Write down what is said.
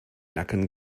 nacken